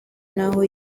n’aho